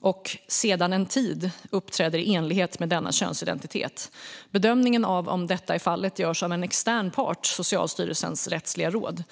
och "sedan en tid uppträder i enlighet med denna könsidentitet". Bedömningen av om detta är fallet görs av en extern part, Socialstyrelsens rättsliga råd.